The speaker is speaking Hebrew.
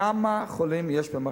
כמה חולים יש במחלקה?